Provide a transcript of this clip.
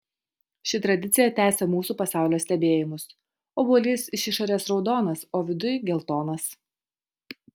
ši tradicija tęsia mūsų pasaulio stebėjimus obuolys iš išorės raudonas o viduj geltonas